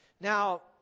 Now